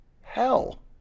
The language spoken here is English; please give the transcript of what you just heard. hell